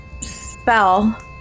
spell